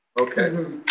Okay